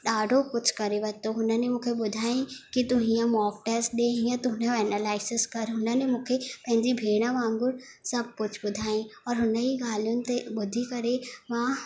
ॾाढो कुझु करे वरितो हुननि ई मूंखे ॿुधाई की तू हीअं मोक टैस्ट ॾेई हीअं तुंहिंजो एनालाइसिस कर हुननि ई मूंखे पंहिंजी भेण वांगुर सभु कुझु ॿुधाई और हुन ई ॻाल्हियुनि खे ॿुधी करे मां